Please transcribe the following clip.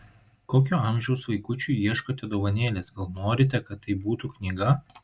kokio amžiaus vaikučiui ieškote dovanėlės gal norite kad tai būtų knyga